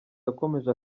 yakomeje